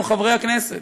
או חברי הכנסת.